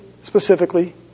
specifically